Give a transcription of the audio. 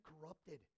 corrupted